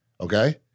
okay